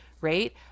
right